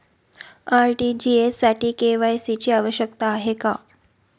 RTGS साठी KYC ची आवश्यकता आहे का?